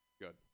Good